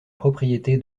propriété